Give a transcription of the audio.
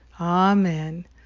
Amen